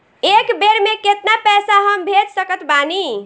एक बेर मे केतना पैसा हम भेज सकत बानी?